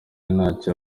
ntacyo